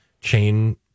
chain